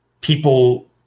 people